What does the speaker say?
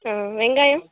ம் வெங்காயம்